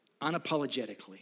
unapologetically